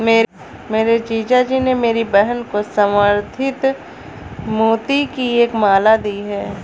मेरे जीजा जी ने मेरी बहन को संवर्धित मोती की एक माला दी है